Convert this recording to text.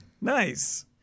nice